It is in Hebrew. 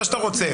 מה שאתה רוצה.